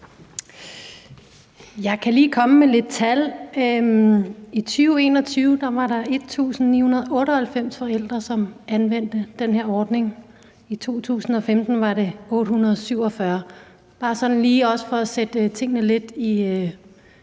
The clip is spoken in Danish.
Jeg kan lige komme med nogle tal. I 2021 var der 1.998 forældre, som anvendte den her ordning. I 2015 var det 847. Det er bare sådan lige også for at sætte tingene lidt i